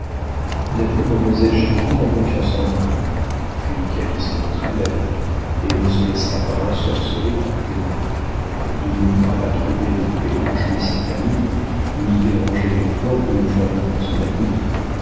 d'ailleurs mademoiselle jacqueline a confiance en moi puis calyste est notre élève et ne se laissera pas ensorceler par le démon il ne voudra pas troubler la paix dont jouit sa famille ni déranger les plans que nous formons pour son avenir